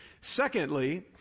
Secondly